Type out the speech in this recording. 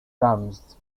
terms